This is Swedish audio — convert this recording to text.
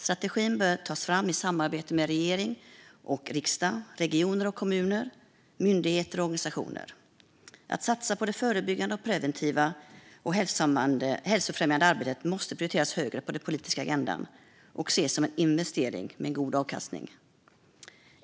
Strategin bör tas fram i samarbete mellan regering och riksdag, regioner och kommuner, myndigheter och organisationer. Att satsa på det förebyggande hälsofrämjande arbetet måste prioriteras högre på den politiska agendan och ses som en investering med god avkastning.